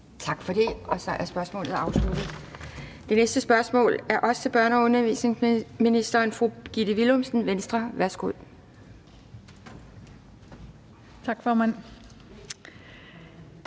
Tak for det, og så er spørgsmålet afsluttet. Det næste spørgsmål er også til børne- og undervisningsministeren, og det er fra fru Gitte Willumsen, Venstre. Kl. 17:28 Spm.